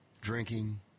Drinking